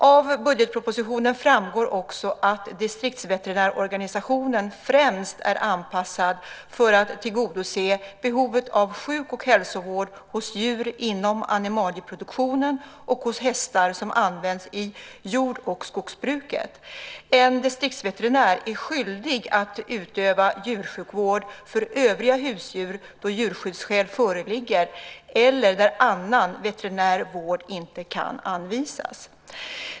Av budgetpropositionen framgår också att distriktsveterinärorganisationen främst är anpassad för att tillgodose behovet av sjuk och hälsovård hos djur inom animalieproduktionen och hos hästar som används i jord och skogsbruket. En distriktsveterinär är skyldig att utöva djursjukvård för övriga husdjur då djurskyddsskäl föreligger eller där annan veterinärvård inte kan anvisas.